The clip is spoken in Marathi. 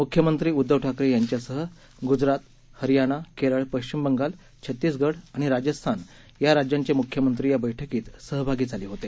मुख्यमंत्री उद्घव ठाकरे यांच्यासह गुजरात हरियाणा केरळ पश्चिम बंगाल छत्तीसगढ आणि राजस्थान या राज्यांचे मुख्यमंत्री या बैठकीत सहभागी झाले होते